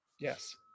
Yes